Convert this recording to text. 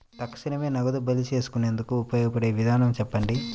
తక్షణమే నగదు బదిలీ చేసుకునేందుకు ఉపయోగపడే విధానము చెప్పండి?